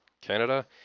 Canada